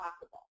possible